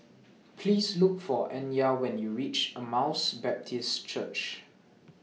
Please Look For Anya when YOU REACH Emmaus Baptist Church